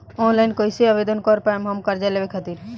Online कइसे आवेदन कर पाएम हम कर्जा लेवे खातिर?